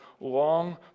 long